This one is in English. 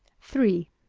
three.